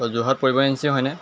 যোৰহাট পৰিবহণ এজেঞ্চি হয়নে